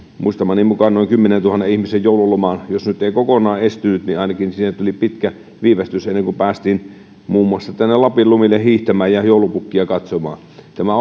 muistamani mukaan noin kymmenentuhannen ihmisen joululomaan jos se nyt ei kokonaan estynyt ainakin tuli pitkä viivästys ennen kuin päästiin muun muassa lapin lumille hiihtämään ja joulupukkia katsomaan tämä